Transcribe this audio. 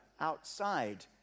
outside